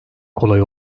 kolay